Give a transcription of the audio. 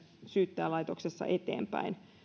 syyttäjälaitoksessa eteenpäin